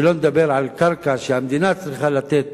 שלא לדבר על קרקע שהמדינה צריכה לתת